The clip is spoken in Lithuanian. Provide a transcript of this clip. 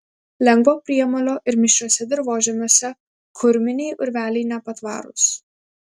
lengvo priemolio ir mišriuose dirvožemiuose kurminiai urveliai nepatvarūs